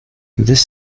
this